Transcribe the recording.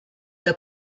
der